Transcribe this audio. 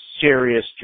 serious